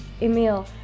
Emil